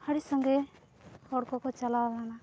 ᱟᱹᱰᱤ ᱥᱟᱸᱜᱮ ᱦᱚᱲ ᱠᱚᱠᱚ ᱪᱟᱞᱟᱣ ᱞᱮᱱᱟ